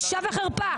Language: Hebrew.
בושה וחרפה.